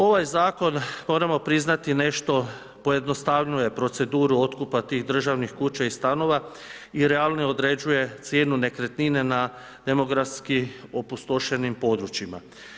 Ovaj zakon moramo priznati, nešto pojednostavljuje proceduru otkupa tih državnih kuća i stanova i realnije određuje cijenu nekretnine na demografski opustošenim područjima.